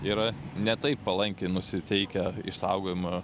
yra ne taip palankiai nusiteikę išsaugojimo